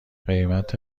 قیمت